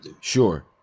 sure